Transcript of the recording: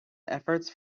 efforts